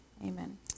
Amen